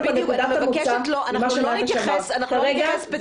אנחנו לא נתייחס למקרים ספציפיים.